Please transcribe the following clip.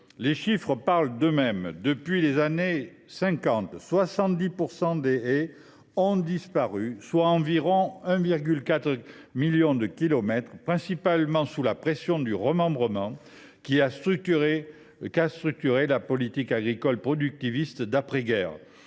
les chiffres parlent d’eux mêmes : depuis les années 1950, 70 % des haies ont disparu, soit environ 1,4 million de kilomètres, principalement sous la pression du remembrement, qui a structuré la politique agricole productiviste d’après guerre.